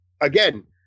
again